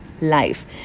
life